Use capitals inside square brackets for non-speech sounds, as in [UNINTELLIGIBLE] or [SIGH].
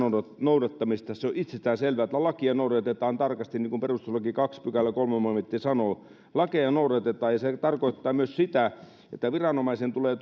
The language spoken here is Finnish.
noudattamisesta se on itsestäänselvää että lakia noudatetaan tarkasti niin kuin perustuslain toisen pykälän kolmas momentti sanoo lakeja noudatetaan ja se tarkoittaa myös sitä että viranomaisen tulee [UNINTELLIGIBLE]